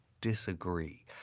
disagree